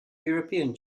european